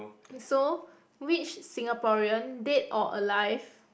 so which Singaporean dead or alive